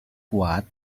kuat